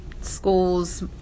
schools